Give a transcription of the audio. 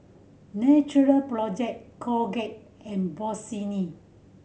Natural Project Colgate and Bossini